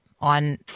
on